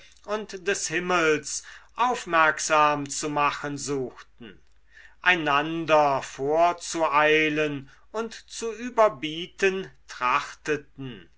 und des himmels aufmerksam zu machen suchten einander vorzueilen und zu überbieten